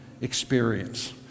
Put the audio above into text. experience